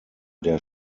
der